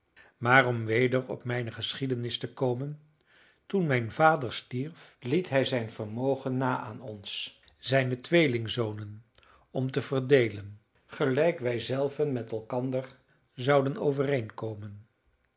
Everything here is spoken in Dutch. om weder op mijne geschiedenis te komen toen mijn vader stierf liet hij zijn vermogen na aan ons zijne tweelingzonen om te verdeelen gelijk wij zelven met elkander zouden overeenkomen